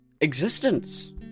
existence